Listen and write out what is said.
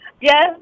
Yes